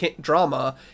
drama